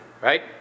Right